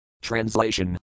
Translation